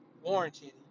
Warranted